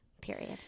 Period